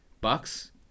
Bucks